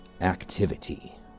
activity